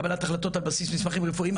קבלת החלטות על בסיס מסמכים רפואיים,